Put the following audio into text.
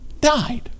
died